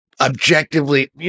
objectively